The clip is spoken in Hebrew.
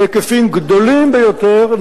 בהיקפים גדולים ביותר,